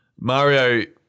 Mario